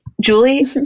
Julie